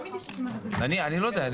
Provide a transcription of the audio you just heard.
אני לא יודע.